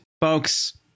Folks